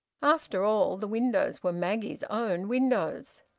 after all, the windows were maggie's own windows.